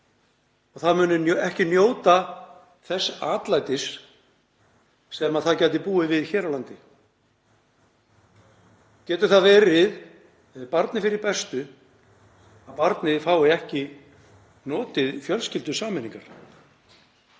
og það muni ekki njóta þess atlætis sem það gæti búið við hér á landi? Getur það verið barni fyrir bestu að barnið fái ekki notið fjölskyldusameiningar?